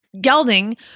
gelding